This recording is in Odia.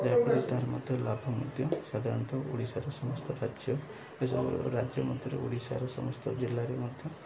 ଯାହାଫଳରେ ତା'ର ମଧ୍ୟ ଲାଭ ମଧ୍ୟ ସାଧାରଣତଃ ଓଡ଼ିଶାର ସମସ୍ତ ରାଜ୍ୟ ଏସବୁ ରାଜ୍ୟ ମଧ୍ୟରେ ଓଡ଼ିଶାର ସମସ୍ତ ଜିଲ୍ଲାରେ ମଧ୍ୟ